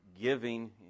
giving